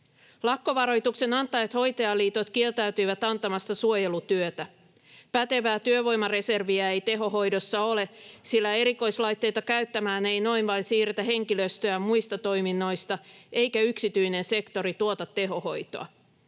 Lakkovaroituksen antaneet hoitajaliitot kieltäytyivät antamasta suojelutyötä. Pätevää työvoimareserviä ei tehohoidossa ole, sillä erikoislaitteita käyttämään ei noin vain siirretä henkilöstöä muista toiminnoista eikä yksityinen sektori tuota tehohoitoa.